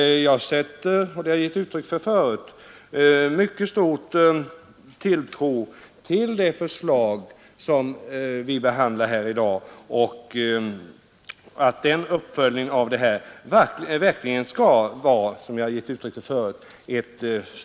Jag sätter — och det har jag uttryckt tidigare — mycket stor tilltro till det förslag som vi behandlar här i dag, och jag anser att en uppföljning av det verkligen skall vara ett steg på vägen framåt.